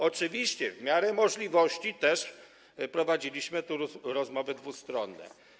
Oczywiście w miarę możliwości prowadziliśmy rozmowy dwustronne.